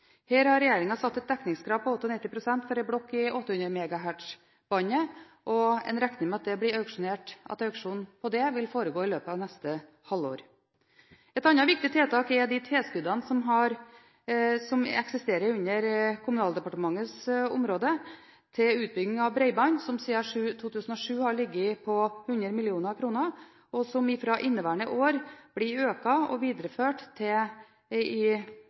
Her har regjeringen satt et dekningskrav på 98 pst. for en blokk i 800 MHz-båndet, og man regner med at en auksjon om det vil foregå i løpet av neste halvår. Et annet viktig tiltak er de tilskuddene som eksisterer under Kommunaldepartementets område til utbygging av bredbånd, som siden 2007 har ligget på 100 mill. kr, og som fra inneværende år blir økt og videreført til 150 mill. kr i